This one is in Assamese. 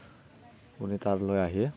আপুনি তালৈ আহি